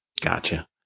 Gotcha